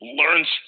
learns